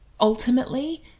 ultimately